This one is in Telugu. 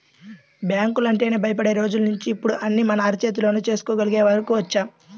బ్యాంకులంటేనే భయపడే రోజుల్నించి ఇప్పుడు అన్నీ మన అరచేతిలోనే చేసుకోగలిగే వరకు వచ్చాం